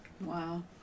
Wow